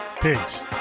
Peace